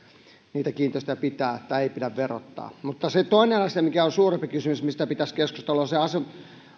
niitä kiinteistöjä pitää tai ei pidä verottaa mutta se toinen asia mikä on suurempi kysymys mistä pitäisi keskustella on se